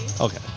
Okay